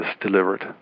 delivered